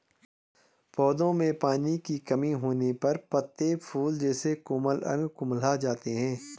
पौधों में पानी की कमी होने पर पत्ते, फूल जैसे कोमल अंग कुम्हला जाते हैं